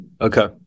Okay